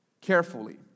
carefully